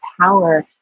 power